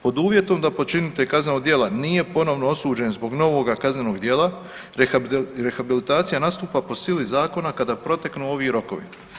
Pod uvjetom da počinitelj kaznenog djela nije ponovno osuđen zbog novoga kaznenog djela, rehabilitacija nastupa po sili zakona, kada proteknu ovi rokovi.